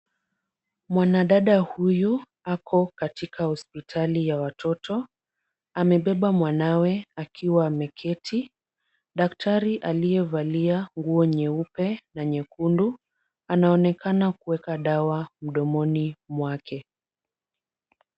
Mwanadada huyu ako katika hospitali ya watoto, amebeba mwanawe akiwa ameketi. Daktari aliyevalia nguo nyeupe na nyekundu anaonekana kuweka dawa mdomoni mwake.